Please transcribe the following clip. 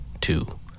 two